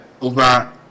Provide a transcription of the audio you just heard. over